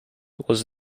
was